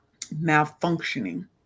malfunctioning